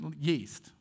yeast